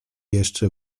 jeszcze